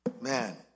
Man